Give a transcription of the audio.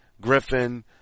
Griffin